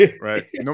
Right